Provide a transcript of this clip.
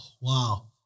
wow